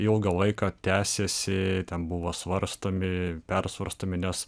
ilgą laiką tęsėsi ten buvo svarstomi persvarstomi nes